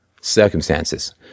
circumstances